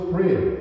Prayer